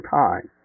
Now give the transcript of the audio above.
time